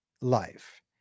life